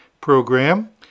program